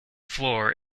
floor